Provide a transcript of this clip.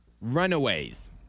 Runaways